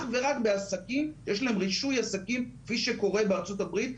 בעסקים עם רישוי כפי שקורה בארצות הברית.